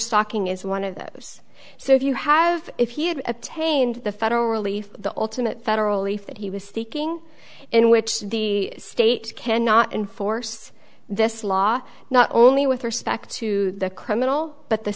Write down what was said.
lking is one of those so if you have if he had attained the federal relief the ultimate federally fit he was speaking in which the state cannot enforce this law not only with respect to the criminal but the